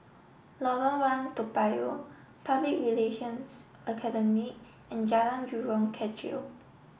Lorong one Toa Payoh Public Relations Academy and Jalan Jurong Kechil